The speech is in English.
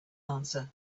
answer